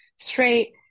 straight